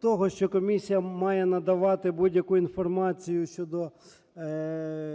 того, що комісія має надавати будь-яку інформацію щодо